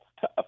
tough